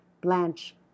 Blanche